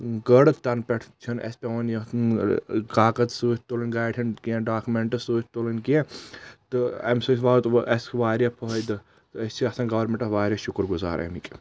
کٔڑ تنہٕ پٮ۪ٹھ چھنہٕ اسہِ پٮ۪وان یتھ کاکد سۭتۍ تُلٕنۍ گاڑِ ہٕنٛدۍ کینٛہہ ڈاکمیٚنٹس سۭتۍ تُلٕنۍ کینٛہہ تہٕ امہِ سۭتۍ واتوُ اسہِ واریاہ فٲیِدٕ تہٕ ٲسۍ چھِ آسان گورمیٚنٹس واریاہ شُکر گزار امیٕکۍ